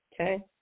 Okay